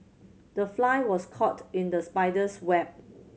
the fly was caught in the spider's web